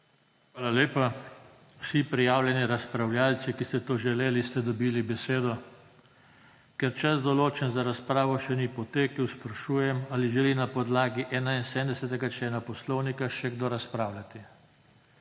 Hvala lepa. Vi prijavljeni razpravljavci, ki ste to želeli, ste dobili besedo. Ker čas, določen za razpravo, še ni potekel, sprašujem ali želi na podlagi 71. člena poslovnika še kdo razpravljati.